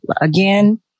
again